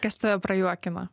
kas tave prajuokina